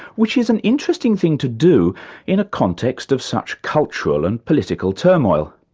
which is an interesting thing to do in a context of such cultural and political turmoil.